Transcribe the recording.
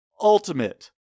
ultimate